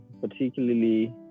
particularly